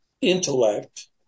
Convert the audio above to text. intellect